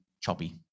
choppy